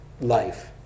life